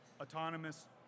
Autonomous